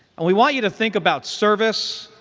and we want you to think about service,